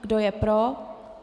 Kdo je pro?